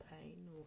pain